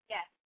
Yes